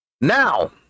Now